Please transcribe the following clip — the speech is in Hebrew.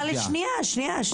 שנייה.